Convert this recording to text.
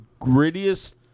grittiest